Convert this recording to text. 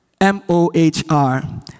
M-O-H-R